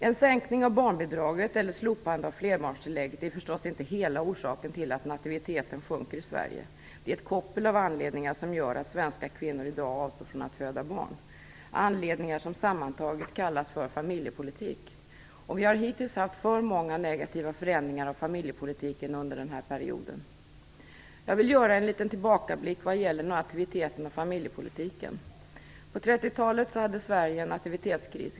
En sänkning av barnbidraget eller slopandet av flerbarnstillägget är förstås inte hela orsaken till att nativiteten sjunker i Sverige. Det är ett koppel av anledningar som gör att svenska kvinnor avstår från att föda barn. Anledningar som sammantaget kallas för familjepolitik. Vi har hittills haft för många negativa förändringar av familjepolitiken under den här perioden. Jag vill göra en liten tillbakablick vad gäller nativiteten och familjepolitiken. På 30-talet hade Sverige en nativitetskris.